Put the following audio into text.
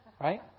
right